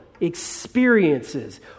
experiences